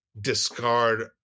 discard